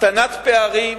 הקטנת פערים